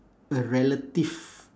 a relative